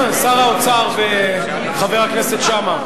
שר האוצר וחבר הכנסת שאמה,